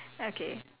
okay